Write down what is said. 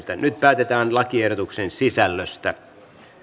nyt päätetään lakiehdotuksen sisällöstä